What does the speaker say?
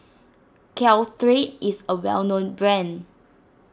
Caltrate is a well known brand